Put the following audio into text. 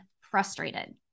frustrated